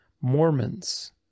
Mormons